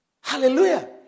Hallelujah